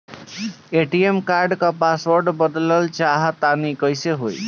ATM card क password बदलल चाहा तानि कइसे होई?